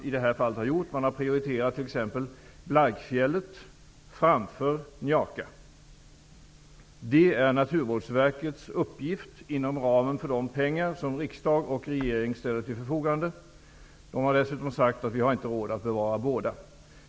I det här fallet har man t.ex. prioriterat Blaikfjället framför Njakafjäll, vilket är Naturvårdsverkets uppgift inom ramen för de anslag som riksdag och regering ställer till förfogande. De har dessutom sagt att man inte har råd att bevara båda.